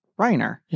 Reiner